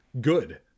Good